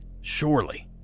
surely